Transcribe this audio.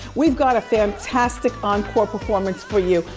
we've got a fantastic encore performance for you,